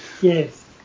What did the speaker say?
Yes